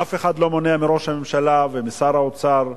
אף אחד לא מונע מראש הממשלה ומשר האוצר,